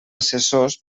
assessors